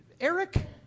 Eric